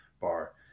bar